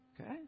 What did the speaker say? Okay